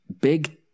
big